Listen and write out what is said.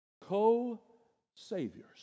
co-saviors